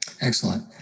Excellent